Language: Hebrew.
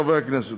חברי הכנסת,